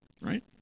Right